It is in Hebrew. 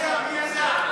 מי יזם?